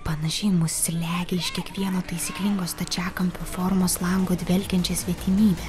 panašiai mus slegia iš kiekvieno taisyklingo stačiakampio formos lango dvelkiančia svetimybe